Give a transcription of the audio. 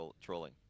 trolling